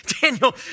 Daniel